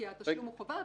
כי התשלום הוא חובה,